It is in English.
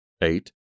Eight